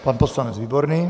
Pan poslanec Výborný.